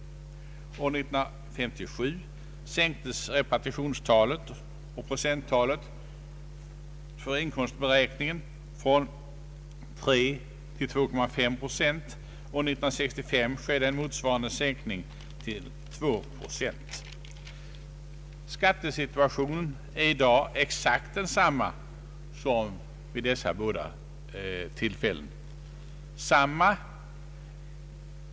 1957 sänktes repartitionstalet och procenttalet för inkomstberäkningen från 3 till 2,5 procent och 1965 skedde en motsvarande sänkning till 2 procent. Skattesituationen är i dag exakt densamma som vid dessa båda tillfällen.